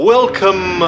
Welcome